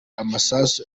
amasasu